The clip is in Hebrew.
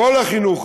כל החינוך,